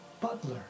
butler